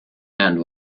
hand